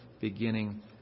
beginning